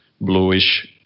bluish